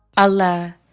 allah,